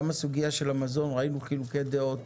גם בסוגיה של המזון ראינו חילוקי דעות